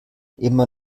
immer